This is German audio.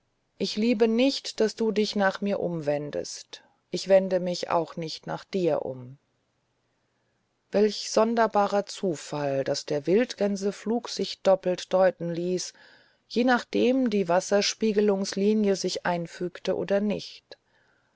ich liebe nicht daß du dich nach mir umwendest ich wende mich auch nicht nach dir um welch sonderbarer zufall daß der wildgänseflug sich doppelt deuten ließ je nachdem die wasserspiegelungslinie sich einfügte oder nicht